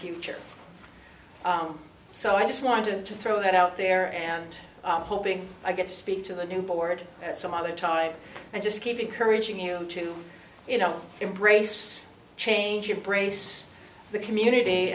future so i just wanted to throw that out there and i'm hoping i get to speak to the new board at some other time and just keep encouraging you to you know embrace change or brace the community